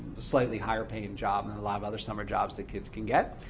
slightly higher-paying job than a lot of other summer jobs that kids can get.